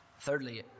Thirdly